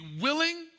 willing